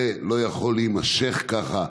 זה לא יכול להימשך ככה.